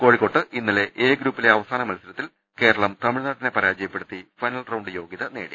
കോഴി ക്കോട്ട് ഇന്നലെ എ ഗ്രൂപ്പിലെ അവസാനമത്സരത്തിൽ കേരളം തമിഴ്നാടിനെ പരാജയപ്പെടുത്തി ഫൈനൽ റൌണ്ട് യോഗ്യത നേടി